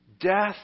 death